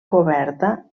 coberta